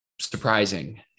surprising